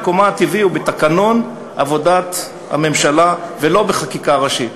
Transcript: מקומה הטבעי הוא בתקנון עבודת הממשלה ולא בחקיקה ראשית,